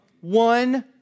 one